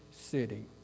city